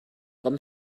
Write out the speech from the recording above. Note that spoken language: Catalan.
com